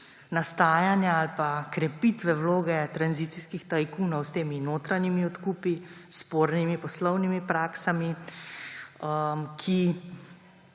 nastajanja ali krepitve vloge tranzicijskih tajkunov z notranjimi odkupi, s spornimi poslovnimi praksami, ki